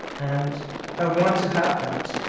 and i want to have that.